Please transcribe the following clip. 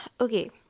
Okay